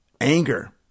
anger